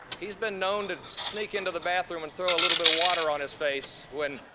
he's been known to sneak into the bathroom and throw a little bit of water on his face when